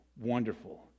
wonderful